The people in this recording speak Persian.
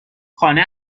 خانه